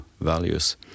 values